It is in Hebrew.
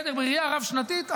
בראייה רב-שנתית,